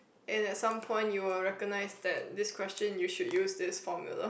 and at some points you will recognise that this question you should use this formula